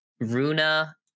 Runa